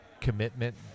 commitment